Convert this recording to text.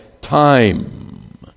time